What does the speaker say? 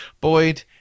boyd